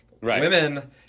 women